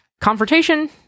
confrontation